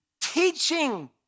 teaching